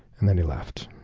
and then he left.